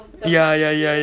ya ya ya